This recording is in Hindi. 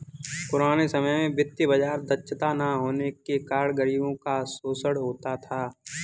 पुराने समय में वित्तीय बाजार दक्षता न होने के कारण गरीबों का शोषण होता था